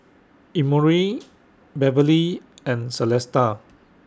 Emory Beverlee and Celesta